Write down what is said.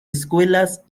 escuelas